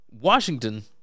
Washington